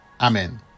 Amen